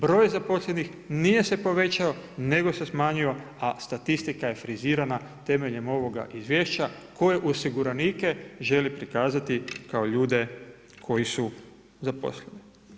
Broj zaposlenih, nije se povećao, nego se smanjio, a statistika je frizirana temeljem ovoga izvješća, koje osiguranike želi prikazati kao ljude koji su zaposleni.